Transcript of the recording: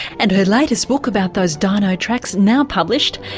and her latest book about those dino tracks, now published,